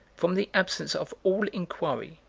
from the absence of all inquiry,